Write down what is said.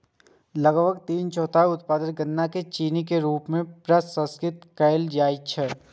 लगभग तीन चौथाई उत्पादित गन्ना कें चीनी के रूप मे प्रसंस्कृत कैल जाइ छै